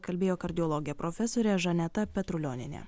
kalbėjo kardiologė profesorė žaneta petrulionienė